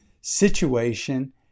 situation